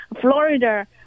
Florida